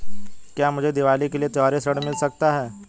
क्या मुझे दीवाली के लिए त्यौहारी ऋण मिल सकता है?